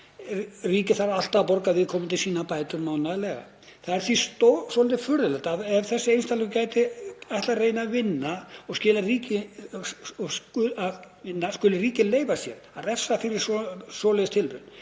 ríkið þarf að borga viðkomandi sínar bætur mánaðarlega. Það er því svolítið furðulegt að ef þessi einstaklingur ætlar að reyna að vinna skuli ríkið leyfa sér að refsa fyrir svoleiðis tilraun.